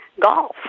Golf